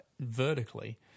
vertically